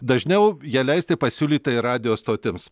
dažniau ją leisti pasiūlyta ir radijo stotims